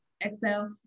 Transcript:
Excel